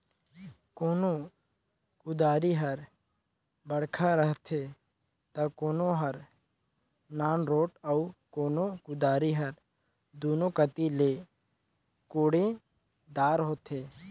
कोनो कुदारी हर बड़खा रहथे ता कोनो हर नानरोट अउ कोनो कुदारी हर दुनो कती ले कोड़े दार होथे